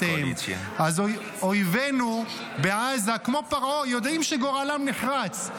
אז אויבינו בעזה, כמו פרעה, יודעים שגורלם נחרץ.